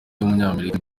w’umunyamerika